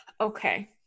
Okay